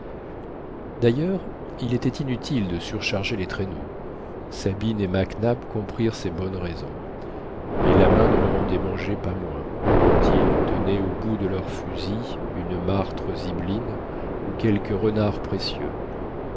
d'ailleurs il était inutile de surcharger les traîneaux sabine et mac nap comprirent ces bonnes raisons mais la main ne leur en démangeait pas moins quand ils tenaient au bout de leur fusil une martre zibeline ou quelque renard précieux